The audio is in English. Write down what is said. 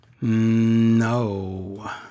No